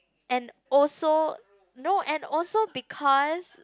and also no and also because